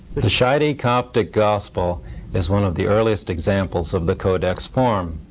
the the scheide coptic gospel is one of the earliest examples of the codex form.